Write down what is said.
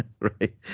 right